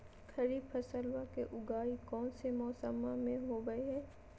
खरीफ फसलवा के उगाई कौन से मौसमा मे होवय है?